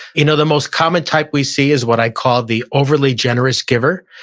you know the most common type we see is what i call the overly generous giver.